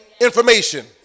information